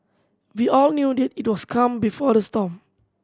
we all knew that it was the calm before the storm